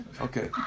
Okay